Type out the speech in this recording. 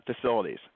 facilities